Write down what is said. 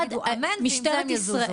הם יגידו אמן ועם זה הם יזוזו.